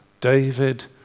David